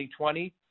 2020